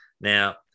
Now